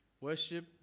Worship